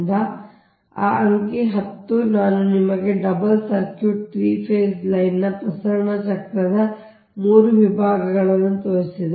ಆದ್ದರಿಂದ ಆ ಅಂಕಿ 10 ನಾನು ನಿಮಗೆ ಡಬಲ್ ಸರ್ಕ್ಯೂಟ್ 3 ಫೇಸ್ ಲೈನ್ ನ ಪ್ರಸರಣ ಚಕ್ರದ 3 ವಿಭಾಗಗಳನ್ನು ತೋರಿಸಿದೆ